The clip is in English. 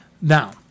now